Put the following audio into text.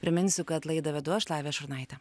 priminsiu kad laidą vedu aš lavija šurnaitė